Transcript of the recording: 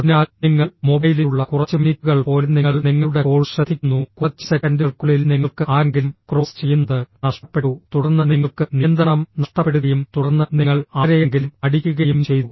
അതിനാൽ നിങ്ങൾ മൊബൈലിലുള്ള കുറച്ച് മിനിറ്റുകൾ പോലെ നിങ്ങൾ നിങ്ങളുടെ കോൾ ശ്രദ്ധിക്കുന്നു കുറച്ച് സെക്കന്റുകൾക്കുള്ളിൽ നിങ്ങൾക്ക് ആരെങ്കിലും ക്രോസ് ചെയ്യുന്നത് നഷ്ടപ്പെട്ടു തുടർന്ന് നിങ്ങൾക്ക് നിയന്ത്രണം നഷ്ടപ്പെടുകയും തുടർന്ന് നിങ്ങൾ ആരെയെങ്കിലും അടിക്കുകയും ചെയ്തു